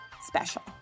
special